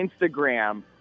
Instagram